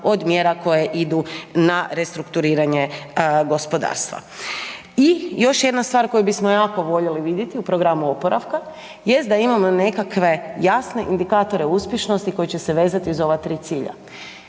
od mjera koje idu na restrukturiranje gospodarstva. I još jedna stvar koju bismo jako voljeli vidjeti u programu oporavka jest da imamo nekakve jasne indikatore uspješnosti koji će se vezati za ova tri cilja.